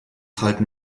halten